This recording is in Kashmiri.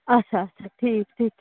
آچھا آچھا ٹھیٖک ٹھیٖک